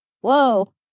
whoa